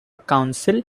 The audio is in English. council